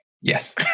Yes